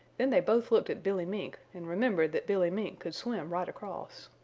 then they both looked at billy mink and remembered that billy mink could swim right across.